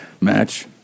match